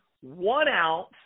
one-ounce